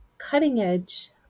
cutting-edge